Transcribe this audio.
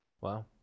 wow